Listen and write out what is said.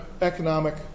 economic